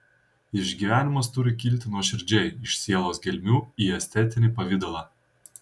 išgyvenimas turi kilti nuoširdžiai iš sielos gelmių į estetinį pavidalą